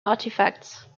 artifacts